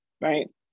Right